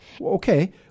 Okay